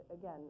again